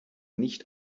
nicht